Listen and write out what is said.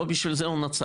לא בשביל זה הוא נוצר.